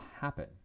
happen